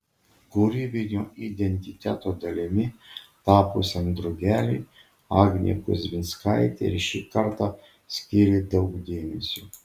kūrybinio identiteto dalimi tapusiam drugeliui agnė kuzmickaitė ir šį kartą skyrė daug dėmesio